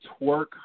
Twerk